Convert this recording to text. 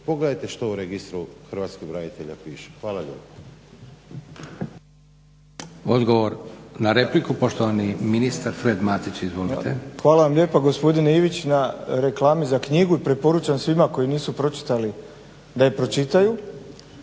Pogledajte što u Registru hrvatskih branitelja piše. Hvala lijepo. **Leko, Josip (SDP)** Odgovor na repliku, poštovani ministar Fred Matić. Izvolite. **Matić, Predrag Fred** Hvala vam lijepa gospodine Ivić na reklami za knjigu i preporučam svima koji nisu pročitali da je pročitaju.